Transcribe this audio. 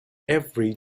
every